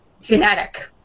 genetic